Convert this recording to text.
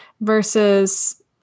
versus